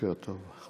בוקר טוב לך.